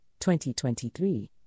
2023